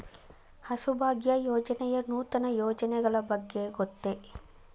ಹಸುಭಾಗ್ಯ ಯೋಜನೆಯ ನೂತನ ಯೋಜನೆಗಳ ಬಗ್ಗೆ ಗೊತ್ತೇ?